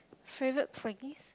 favourite place